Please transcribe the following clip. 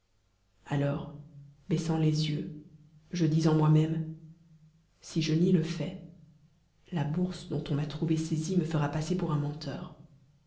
alors baissant les yeux je dis en moi-même si je nie le fait la bourse dont on m'a trouvé saisi me fera passer pour un menteur